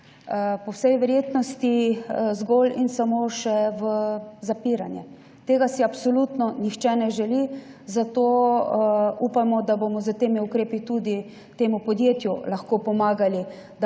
Po vsej verjetnosti zgolj in samo še v zapiranje. Tega si absolutno nihče ne želi, zato upamo, da bomo s temi ukrepi tudi temu podjetju lahko pomagali,